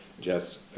Jess